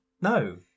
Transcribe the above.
no